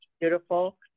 beautiful